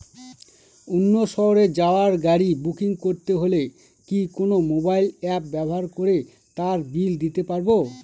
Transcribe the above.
অন্য শহরে যাওয়ার গাড়ী বুকিং করতে হলে কি কোনো মোবাইল অ্যাপ ব্যবহার করে তার বিল দিতে পারব?